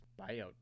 buyout